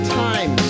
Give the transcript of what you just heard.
time